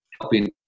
helping